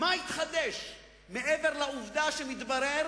מה התחדש מעבר לעובדה שמתברר